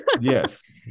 Yes